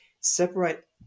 separate